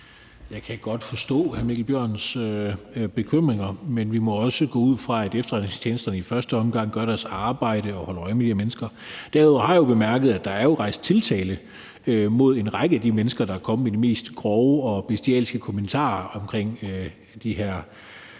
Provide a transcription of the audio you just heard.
Jeg kan godt forstå hr. Mikkel Bjørns bekymringer, men vi må også først og fremmest gå ud fra, at efterretningstjenesterne gør deres arbejde og holder øje med de her mennesker. Derudover har jeg bemærket, at der jo er rejst tiltale mod en række af de mennesker, der er kommet med de mest grove og bestialske kommentarer om de her